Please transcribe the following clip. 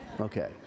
Okay